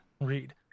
read